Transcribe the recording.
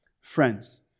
Friends